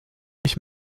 ich